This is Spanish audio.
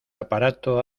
aparato